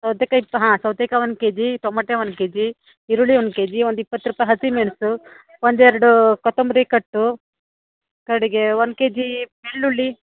ಸೌತೆಕಾಯಿ ಹಾಂ ಸೌತೆಕಾಯಿ ಒಂದ್ ಕೆ ಜಿ ಟೊಮಟೆ ಒಂದ್ ಕೆ ಜಿ ಈರುಳ್ಳಿ ಒಂದ್ ಕೆ ಜಿ ಒಂದು ಇಪ್ಪತ್ತು ರೂಪಾಯಿ ಹಸಿಮೆಣಸು ಒಂದೆರಡು ಕೊತ್ತಂಬರಿ ಕಟ್ಟು ಕಡೆಗೆ ಒಂದು ಕೆ ಜಿ ಬೆಳ್ಳುಳ್ಳಿ